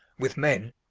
with men,